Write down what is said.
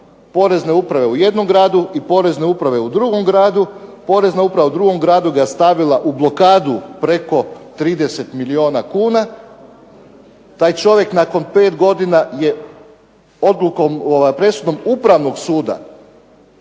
Porezne uprave u jednom gradu i Porezne uprave u drugom gradu. Porezna uprava u drugom gradu ga stavila u blokadu preko 30 milijuna kuna. Taj čovjek nakon pet godina je odlukom, presudom Upravnog suda